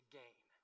gain